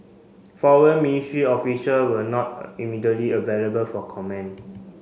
Foreign Ministry official were not immediately available for comment